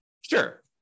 Sure